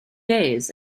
days